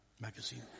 magazine